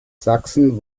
sachsen